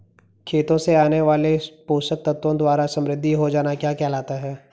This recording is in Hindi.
खेतों से आने वाले पोषक तत्वों द्वारा समृद्धि हो जाना क्या कहलाता है?